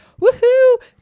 woohoo